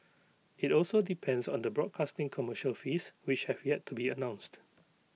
IT also depends on the broadcasting commercial fees which have yet to be announced